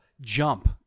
jump